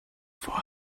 four